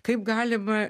kaip galima